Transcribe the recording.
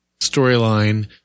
storyline